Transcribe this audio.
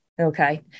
Okay